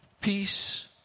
peace